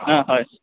অঁ হয়